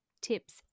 Tips